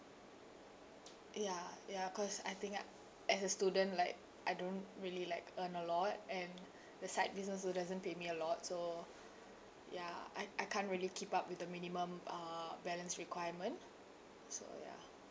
ya ya because I think as a student like I don't really like earn a lot and the side business also doesn't pay me a lot so ya I I can't really keep up with the minimum uh balance requirement so ya